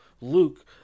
Luke